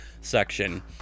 section